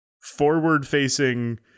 forward-facing